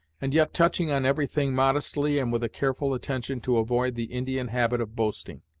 and yet touching on every thing modestly and with a careful attention to avoid the indian habit of boasting.